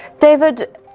David